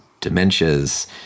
dementias